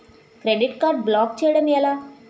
Credit card block చేయడం ఎలా?